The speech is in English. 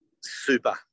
super